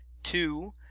two